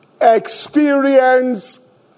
experience